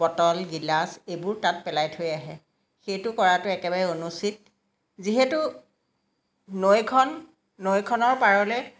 bottle glass এইবোৰ তাত পেলাই থৈ আহে সেইটো কৰাটো একেবাৰে অনুচিত যিহেতু নৈখন নৈখনৰ পাৰলে